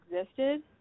existed